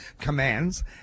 commands